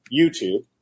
YouTube